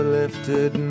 lifted